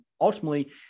ultimately